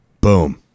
boom